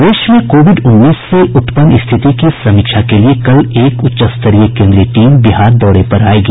प्रदेश में कोविड उन्नीस से उत्पन्न स्थिति की समीक्षा के लिये कल एक उच्च स्तरीय केंद्रीय टीम बिहार दौरे पर आयेगी